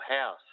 house